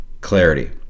clarity